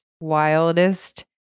wildest